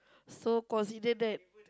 so consider that